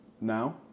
now